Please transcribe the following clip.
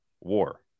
war